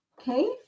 okay